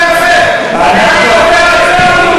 אני יודע גם מה הסכום,